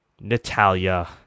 Natalia